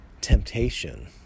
temptation